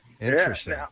Interesting